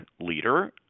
leader